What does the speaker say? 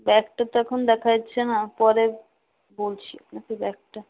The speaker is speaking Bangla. ব্যাকটা তো এখন দেখা যাচ্ছে না পরে বলছি আপনাকে ব্যাকটা